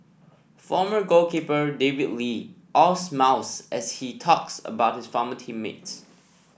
former goalkeeper David Lee all smiles as he talks about his former team mates